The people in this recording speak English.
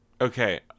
Okay